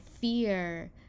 fear